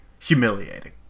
humiliating